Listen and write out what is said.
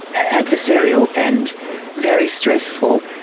adversarial and very stressful.